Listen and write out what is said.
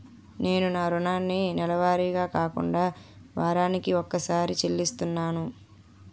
నేను నా రుణాన్ని నెలవారీగా కాకుండా వారాని కొక్కసారి చెల్లిస్తున్నాను